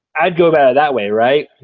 i'd go about that way, right?